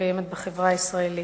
הקיימת בחברה הישראלית.